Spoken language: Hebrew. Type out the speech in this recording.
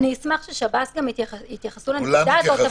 אני אשמח ששב"ס יתייחסו לנקודה הזאת,